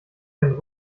einen